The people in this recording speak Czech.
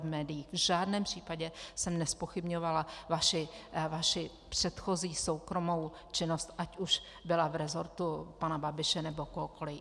V žádném případě jsem nezpochybňovala vaši předchozí soukromou činnost, ať už byla v rezortu pana Babiše nebo kohokoli.